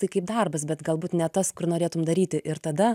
tai kaip darbas bet galbūt ne tas kur norėtum daryti ir tada